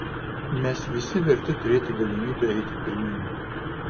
mes visi verti turėti galimybę eiti pirmyn